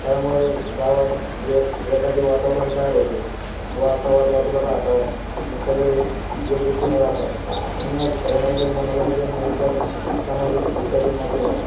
खेळामुळे गावात ये एकाचे वातावरण तयार होते वाद संवाद वाजूला राहतात आणि सगळे एकजुट्टीने राहतात म्हणूनच खेळणे हे तर मनोरंजन नाही तर सामाजिक एकताची माध्यम आहेत